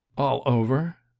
all over